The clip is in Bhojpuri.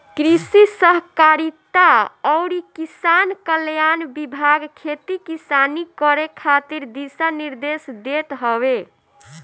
कृषि सहकारिता अउरी किसान कल्याण विभाग खेती किसानी करे खातिर दिशा निर्देश देत हवे